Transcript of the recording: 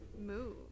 move